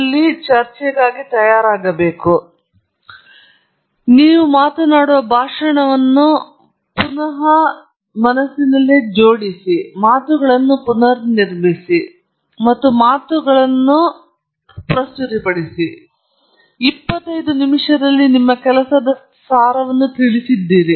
ಆದ್ದರಿಂದ ನೀವು 40 ನಿಮಿಷಗಳ ಚರ್ಚೆಗಾಗಿ ತಯಾರಿ ನೀವು ಈಗ ಕೇವಲ 25 ನಿಮಿಷಗಳನ್ನು ಹೊಂದಿರುತ್ತೀರಿ ನೀವು ಮಾತನಾಡುವಂತೆ ನಿಮ್ಮ ಭಾಷಣವನ್ನು ಆರಾಮವಾಗಿ ಪುನಃ ಜೋಡಿಸಲು ನಿಮ್ಮ ಮಾತುಗಳನ್ನು ಪುನರ್ನಿರ್ಮಿಸಲು ಮತ್ತು ನಿಮ್ಮ ಮಾತುಗಳನ್ನು ಪ್ರತಿನಿಧಿಸಲು ಸಾಧ್ಯವಾಗುತ್ತದೆ ಆದ್ದರಿಂದ 25 ನಿಮಿಷಗಳಲ್ಲಿ ನೀವು ನಿಮ್ಮ ಕೆಲಸದ ಸಾರವನ್ನು ತಿಳಿಸಿದ್ದೀರಿ